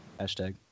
Hashtag